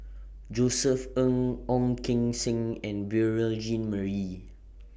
Josef Ng Ong Keng Sen and Beurel Jean Marie